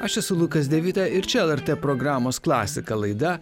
aš esu lukas devita ir čia lrt programos klasika laida